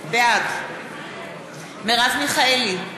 בעד מרב מיכאלי,